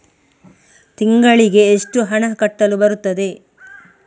ತಿಂಗಳಿಗೆ ಎಷ್ಟು ಹಣ ಕಟ್ಟಲು ಬರುತ್ತದೆ?